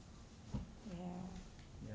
ya